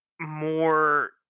more